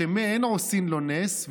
"שמא אין עושין לו נס.